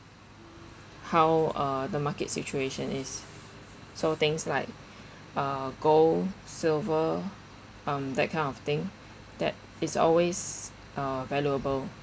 how uh the market situation is so things like uh gold silver um that kind of thing that is always uh valuable